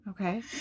Okay